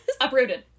uprooted